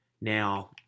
Now